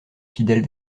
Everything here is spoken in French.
fidèles